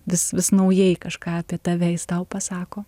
vis vis naujai kažką apie tave jis tau pasako